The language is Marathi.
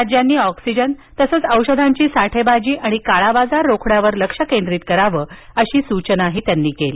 राज्यांनी ऑक्सीजन तसंच औषधांची साठेबाजी आणि काळाबाजार रोखण्यावर लक्षद्यावं अशी सूचना त्यांनी केली